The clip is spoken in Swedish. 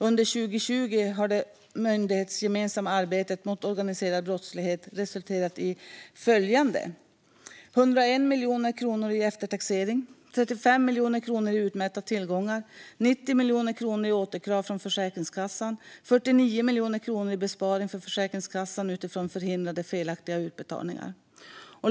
Under 2020 har det myndighetsgemensamma arbetet mot organiserad brottslighet resulterat i följande: 101 miljoner kronor i eftertaxering, 35 miljoner kronor i utmätta tillgångar, 90 miljoner kronor i återkrav från Försäkringskassan och 49 miljoner kronor i besparingar för Försäkringskassan utifrån förhindrade felaktiga utbetalningar.